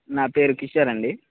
నా పేరు కిషోర్ అండి